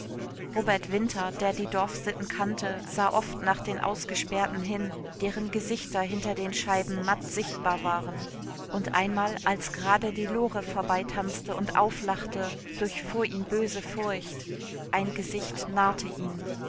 robert winter der die dorfsitten kannte sah oft nach den ausgesperrten hin deren gesichter hinter den scheiben matt sichtbar waren und einmal als gerade die lore vorbeitanzte und auflachte durchfuhr ihn böse furcht ein gesicht narrte ihn